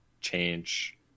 change